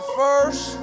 first